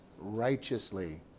righteously